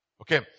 Okay